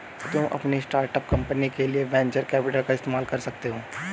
तुम अपनी startup company के लिए वेन्चर कैपिटल का इस्तेमाल कर सकते हो